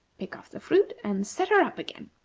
pick off the fruit, and set her up again.